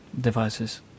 devices